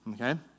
Okay